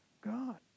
God